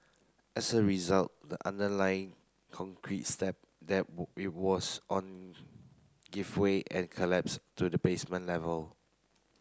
as a result the underlying concrete slab that it was on gave way and collapsed to the basement level